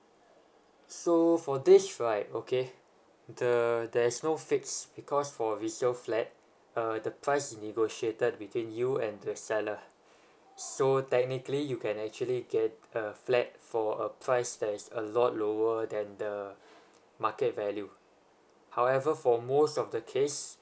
so for this right okay the there is no fix because for resale flat uh the price is negotiated between you and the seller so technically you can actually get a flat for a price that is a lot lower than the market value however for most of the case